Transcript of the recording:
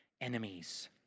enemies